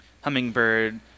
Hummingbird